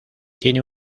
tiene